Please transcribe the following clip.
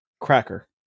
cracker